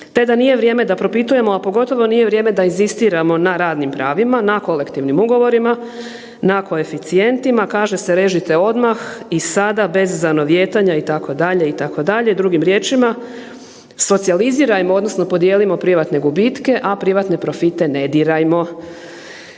te da nije vrijeme da propitujemo, a pogotovo nije vrijeme da inzistiramo na radnim pravima, na kolektivnim ugovorima, na koeficijentima, kaže se režite odmah i sada bez zanovijetanja itd., itd., drugim riječima socijalizirajmo odnosno podijelimo privatne gubitke, a privatne profite ne dirajmo.